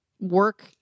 work